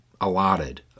allotted